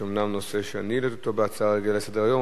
יש אומנם נושא שהעליתי בהצעה לסדר-היום,